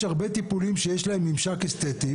יש הרבה טיפולים שיש להם ממשק אסתטי